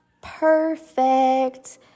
perfect